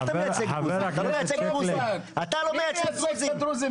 אתה לא מייצג דרוזים.